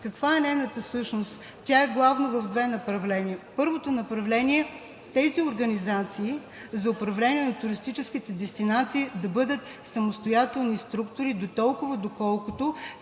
Каква е нейната същност? Тя е главно в две направления. Първото направление – тези организации за управление на туристическите дестинации да бъдат самостоятелни структури дотолкова, доколкото